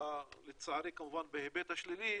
לצערי כמובן בהיבט השלילי,